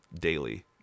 daily